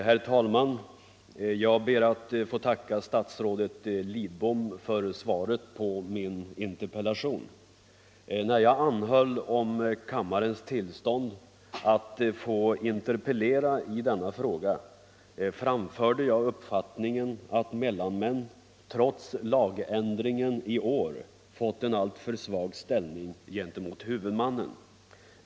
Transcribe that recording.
Herr talman! Jag ber att få tacka statsrådet Lidbom för svaret på min interpellation. När jag anhöll om kammarens tillstånd att få interpellera i denna fråga framförde jag uppfattningen att mellanmän, trots lagändringen i år, fått en alltför svag ställning gentemot huvudmannen.